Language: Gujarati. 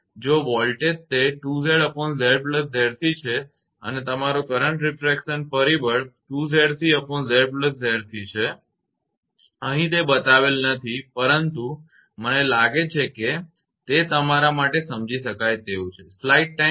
જો વોલ્ટેજ તે 2𝑍𝑍𝑍𝑐 છે અને તમારો કરંટ રીફ્રેક્શન પરિબળ 2𝑍𝑐𝑍𝑍𝑐 હશે તે અહીં બતાવેલ નથી પરંતુ મને લાગે છે કે તે તમારા માટે સમજી શકાય તેવું છે